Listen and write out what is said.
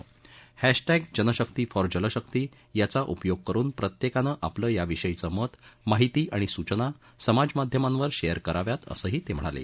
hashtag जनशक्ती for जलशक्ती याचा उपयोग करून प्रत्येकानं आपलं या विषयीचं मत माहिती आणि सूचना समाज माध्यमांवर शेअर कराव्यात असंही ते म्हणाले